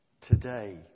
today